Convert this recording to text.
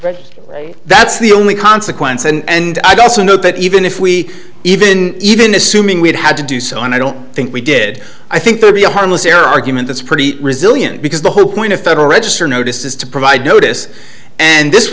that that's the only consequence and i'd also note that even if we even even assuming we'd had to do so and i don't think we did i think there'd be a harmless error argument that's pretty resilient because the whole point of federal register notice is to provide notice and this